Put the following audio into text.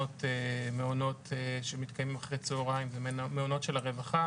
מעונות שמתקיימים אחרי הצהריים ומעונות של הרווחה.